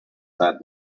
that